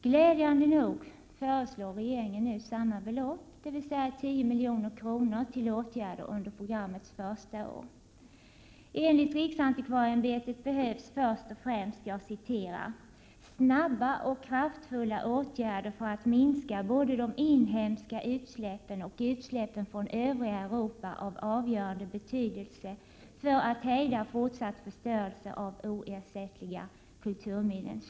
Glädjande nog föreslår regeringen nu samma belopp, dvs. 10 milj.kr. till åtgärder under programmets första år. Enligt riksantikvarieämbetet behövs först och främst ”snabba och kraftfulla åtgärder för att minska både de inhemska utsläppen och utsläppen från övriga Europa av avgörande betydelse för att hejda fortsatt förstörelse av oersättliga kulturminnen”.